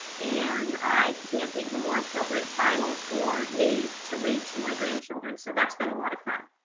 and i can't think of a more appropriate title for me to read to my grandchildren. so that's been a lot of fun.